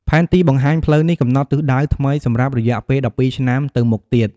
ផែនទីបង្ហាញផ្លូវនេះកំណត់ទិសដៅថ្មីសម្រាប់រយៈពេល១២ឆ្នាំទៅមុខទៀត។